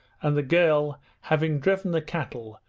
and the girl, having driven the cattle,